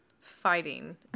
fighting